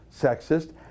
sexist